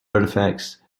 artifacts